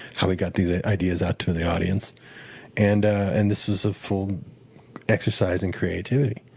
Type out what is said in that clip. how we got these ideas out to the audience and ah and this is a full exercise in creativity.